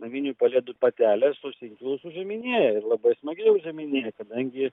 naminių pelėdų patelės tuos inkilus užiminėja ir labai smagiai užiminėja kadangi